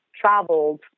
traveled